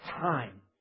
time